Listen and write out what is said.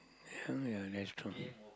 ya oh ya that's true